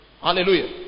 Hallelujah